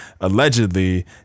allegedly